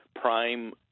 prime